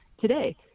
today